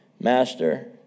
Master